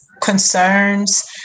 concerns